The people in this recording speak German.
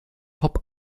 pop